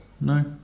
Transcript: No